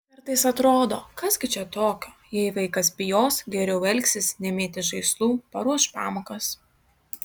kartais atrodo kas gi čia tokio jei vaikas bijos geriau elgsis nemėtys žaislų paruoš pamokas